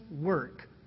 work